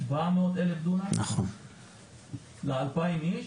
700,000 דונמים ל-2,000 אנשים?